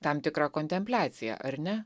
tam tikra kontempliacija ar ne